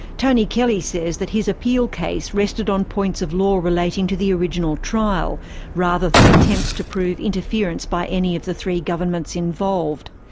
tony kelly says that his appeal case rested on points of law relating to the original trial rather than attempts to prove interference by any of the three governments involved.